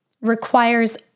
requires